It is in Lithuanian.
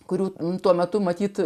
kuris tuo metu matyt